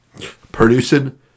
producing